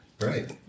Right